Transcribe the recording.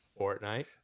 Fortnite